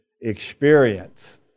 experience